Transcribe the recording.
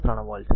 5 3 volt